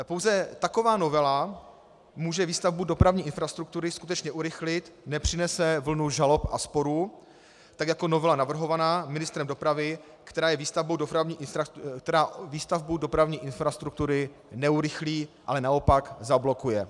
Pouze taková novela může výstavbu dopravní infrastruktury skutečně urychlit, nepřinese vlnu žalob a sporů tak jako novela navrhovaná ministrem dopravy, která výstavbu dopravní infrastruktury neurychlí, ale naopak zablokuje.